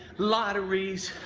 lotteries.